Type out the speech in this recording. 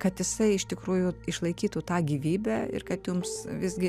kad jisai iš tikrųjų išlaikytų tą gyvybę ir kad jums visgi